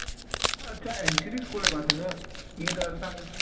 अच्छा N C T school जे पासे अथव ईअं त असां